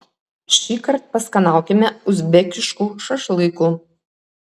šįkart paskanaukime uzbekiškų šašlykų